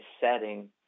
setting